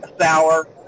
sour